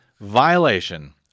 violation